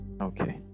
Okay